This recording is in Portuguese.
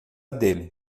dele